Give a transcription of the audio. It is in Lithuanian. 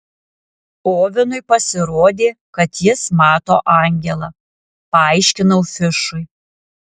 ovenui pasirodė kad jis mato angelą paaiškinau fišui